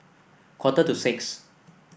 quarter to six